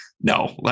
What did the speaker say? no